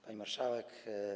Pani Marszałek!